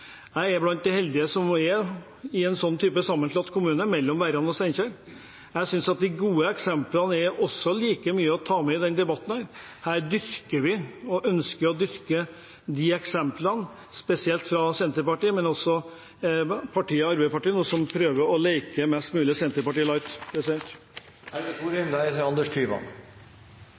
Jeg er blant de heldige som er i en sånn sammenslått kommune – mellom Verran og Steinkjer. Jeg synes at de gode eksemplene er like viktige å ta med i denne debatten. Her dyrker vi – og ønsker å dyrke – eksemplene spesielt fra Senterpartiet, men også fra Arbeiderpartiet, som prøver å leke mest mulig Senterpartiet